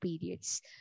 periods